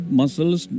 muscles